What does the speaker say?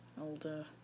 older